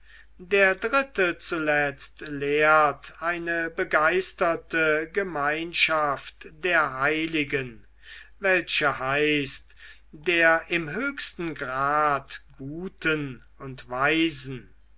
der dritte zuletzt lehrt eine begeisterte gemeinschaft der heiligen welches heißt der im höchsten grad guten und weisen